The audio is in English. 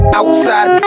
outside